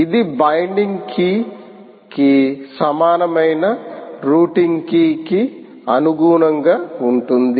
ఇది binding key కి సమానమైన రౌటింగ్ కీ కి అనుగుణంగా ఉంటుంది